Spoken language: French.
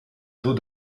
dos